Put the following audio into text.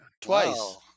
twice